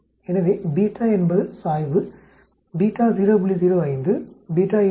எனவே என்பது சாய்வு 0